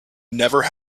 never